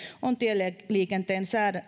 on tieliikenteen